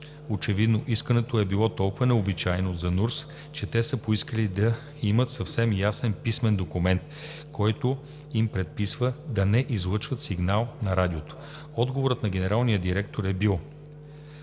очевидно искането е било толкова необичайно за НУРТС, че те са поискали да имат съвсем ясен писмен документ, който им предписва да не излъчват сигнал на Радиото. Отговорът на генералния директор е бил: